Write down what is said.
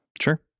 Sure